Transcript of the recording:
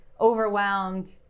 overwhelmed